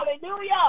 hallelujah